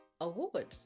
award